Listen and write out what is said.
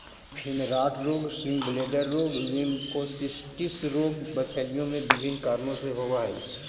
fin rot रोग, swim bladder रोग, lymphocystis रोग मछलियों में विभिन्न कारणों से होवअ हई